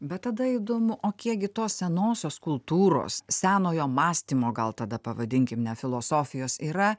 bet tada įdomu o kiekgi tos senosios kultūros senojo mąstymo gal tada pavadinkim ne filosofijos yra